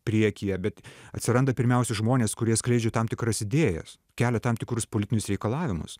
priekyje bet atsiranda pirmiausia žmonės kurie skleidžia tam tikras idėjas kelia tam tikrus politinius reikalavimus